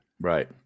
right